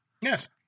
Yes